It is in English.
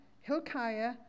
Hilkiah